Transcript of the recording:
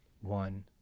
one